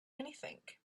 anything